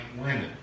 women